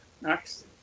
next